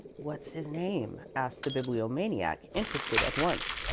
what's his name? asked the bibliomaniac, interested at once.